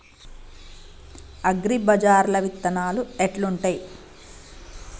అగ్రిబజార్ల విత్తనాలు ఎట్లుంటయ్?